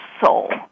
soul